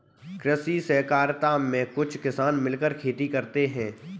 कृषि सहकारिता में कुछ किसान मिलकर खेती करते हैं